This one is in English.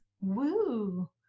Woo